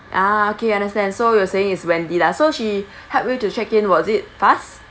ah okay understand so you're saying is wendy lah so she help you to check in was it fast